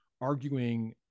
arguing